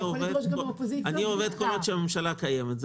אני עובד כל עוד הממשלה קיימת.